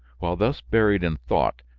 while thus buried in thought,